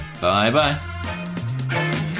Bye-bye